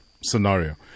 scenario